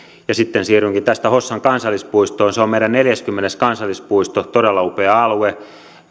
ja sitten siirrynkin tästä hossan kansallispuistoon se on meidän neljäskymmenes kansallispuisto todella upea alue